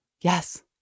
yes